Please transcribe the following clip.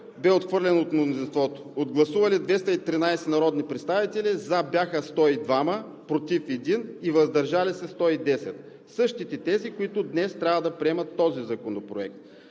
бе отхвърлен от мнозинството. От гласувалите 213 народни представители „за“ бяха 102, „против“ 1 и „въздържал се“ 110 – същите тези, които днес трябва да приемат този законопроект.